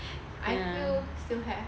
I feel still have